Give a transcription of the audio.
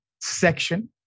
section